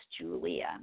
Julia